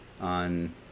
on